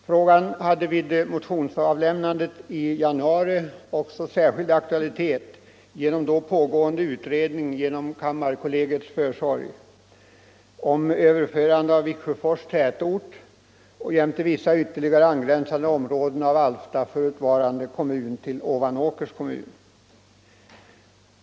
Frågan hade vid motionsavlämnandet i januari också särskild aktualitet på grund av då pågående utredning genom kammarkollegiets försorg om överförande av Viksjöfors tätort jämte vissa ytterligare angränsande områden av Alfta förutvarande kommun till Ovanåkers kommun.